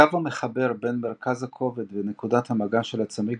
הקו המחבר בין מרכז הכובד ונקודת המגע של הצמיג